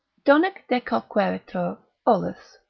donec decoqueretur olus,